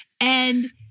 and-